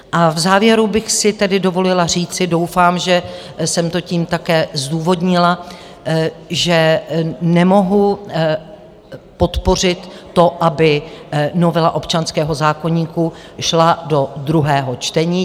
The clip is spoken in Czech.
V závěru bych si tedy dovolila říci, doufám, že jsem to tím také zdůvodnila, že nemohu podpořit to, aby novela občanského zákoníku šla do druhého čtení.